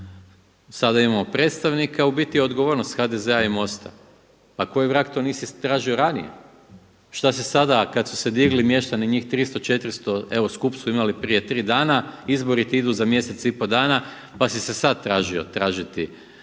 sada imamo predstavnika u biti odgovornost HDZ-a i MOST-a. Pa koji vrag to nisi tražio ranije? Šta si sada kad su se digli mještani njih 300, 400, evo skup su imali prije tri dana. Izbori ti idu za mjesec i pol dana pa si se sad tražio tražiti